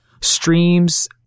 streams